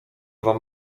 wam